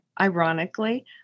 ironically